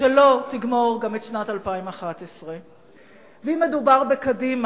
שלא תגמור גם את שנת 2011. ואם מדובר בקדימה,